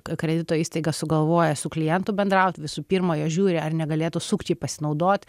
kredito įstaiga sugalvoja su klientu bendraut visų pirma jos žiūri ar negalėtų sukčiai pasinaudot